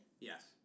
Yes